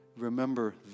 remember